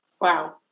Wow